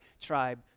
tribe